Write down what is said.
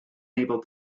able